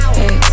Hey